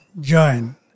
join